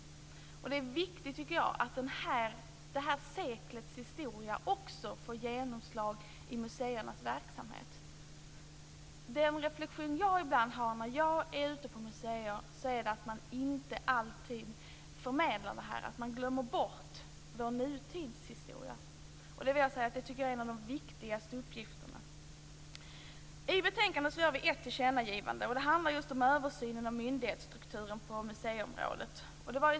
Det är viktigt, tycker jag, att detta sekels historia också får genomslag i museernas verksamhet. Den reflexion jag ibland gör när jag är ute på museer är att man inte alltid förmedlar detta. Man glömmer bort vår nutidshistoria. Jag vill säga att jag tycker att det är en av de viktigaste uppgifterna. I betänkandet gör vi ett tillkännagivande. Det handlar just om översynen av myndighetsstrukturen på museiområdet.